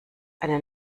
eine